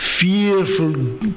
fearful